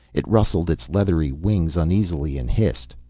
it rustled its leathery wings uneasily and hissed.